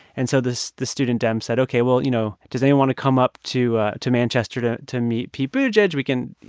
and so the student dem said, ok, well, you know, does they want to come up to to manchester to to meet pete buttigieg? we can,